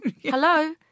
Hello